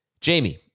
Jamie